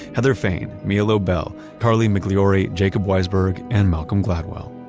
heather faine, mielo bell, carley migliore, jacob weisberg, and malcolm gladwell